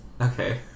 Okay